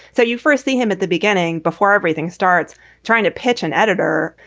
so you first see him at the beginning before everything starts trying to pitch an editor.